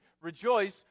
Rejoice